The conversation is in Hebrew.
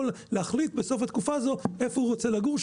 להחליט בסוף התקופה הזו איפה הוא רוצה לגור.